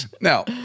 Now